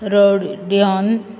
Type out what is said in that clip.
रोड्योन